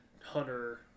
Hunter